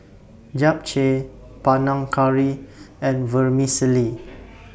Japchae Panang Curry and Vermicelli